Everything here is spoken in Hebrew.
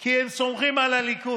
כי הם סומכים על הליכוד